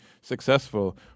successful